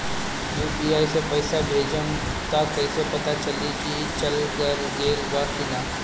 UPI से पइसा भेजम त कइसे पता चलि की चल गेल बा की न?